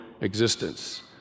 existence